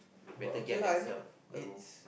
better get them self a room